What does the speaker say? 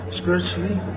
spiritually